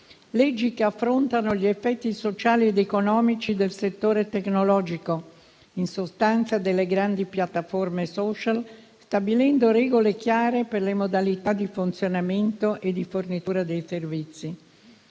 leggi che affrontano gli effetti sociali ed economici del settore tecnologico, in sostanza delle grandi piattaforme *social*, stabilendo regole chiare per le modalità di funzionamento e di fornitura dei servizi.